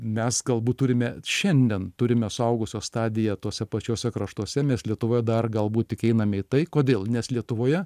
mes galbūt turime šiandien turime suaugusio stadiją tose pačiuose kraštuose mes lietuvoje dar galbūt tik einame į tai kodėl nes lietuvoje